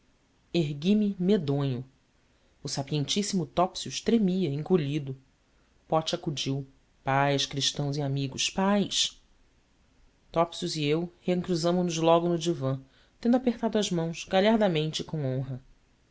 ergui-me medonho o sapientíssimo topsius tremia encolhido pote acudiu paz cristãos e amigos paz topsius e eu recruzamo nos logo no divã tendo apertado as mãos galhardamente e com honra